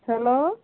hello